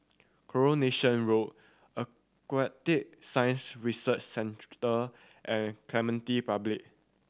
Coronation Road Aquatic Science Research Centre and Clementi Public